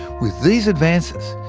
with these advances,